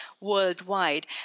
worldwide